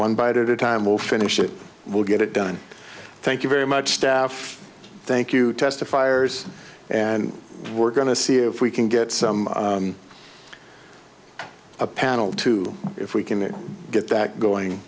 one bite at a time we'll finish it we'll get it done thank you very much staff thank you testifiers and we're going to see if we can get some a panel to if we can get that